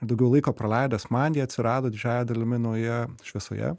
daugiau laiko praleidęs man jie atsirado didžiąja dalimi naujoje šviesoje